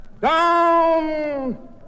down